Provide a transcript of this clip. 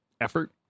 Effort